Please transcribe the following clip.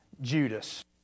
Judas